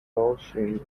ocean